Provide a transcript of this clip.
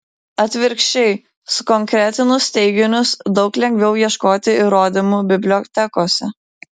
atvirkščiai sukonkretinus teiginius daug lengviau ieškoti įrodymų bibliotekose